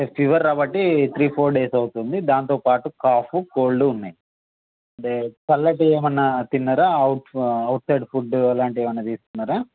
అంటే ఫీవర్ రావట్టి three four days అవుతుంది దానితో పాటు కాఫ్ కోల్డ్ ఉన్నాయి అంటే చల్లటివి ఏమైనా తిన్నారా ఔట్ సైడ్ ఫుడ్ అలాంటివి ఏమైనా తీసుకున్నారా